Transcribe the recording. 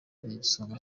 igisonga